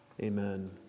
Amen